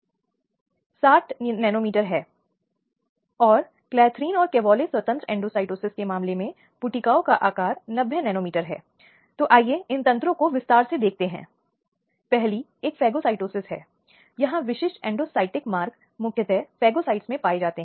फिर इसे एक पगडंडी के लिए बाहर रखा जाना है और यह आपराधिक न्यायालयों के समक्ष है कि इस मामले की सुनवाई हो साक्ष्य लिया जाए और तब अपराधी को दोषी ठहराए जाने तक दोषसिद्धि या बरी करने का निर्णय लिया जाता है